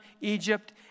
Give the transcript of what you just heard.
Egypt